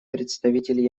представитель